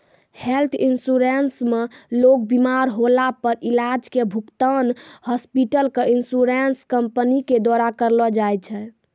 health insurance मे लोग बिमार होला पर इलाज के भुगतान हॉस्पिटल क इन्शुरन्स कम्पनी के द्वारा करलौ जाय छै